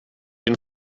din